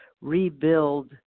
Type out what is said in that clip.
rebuild